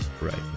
right